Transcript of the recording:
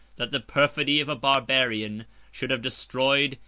that the perfidy of a barbarian, should have destroyed,